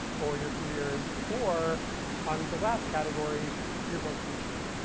or your careers, or on the last category your vocation.